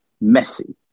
messy